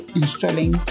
installing